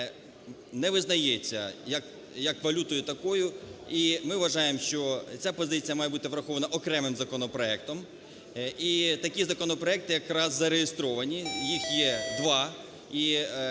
не визнається як валютою такою. І, ми вважаємо, що ця позиція має бути врахована окремим законопроектом. І такі законопроекти якраз зареєстровані, їх є два. І це